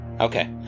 Okay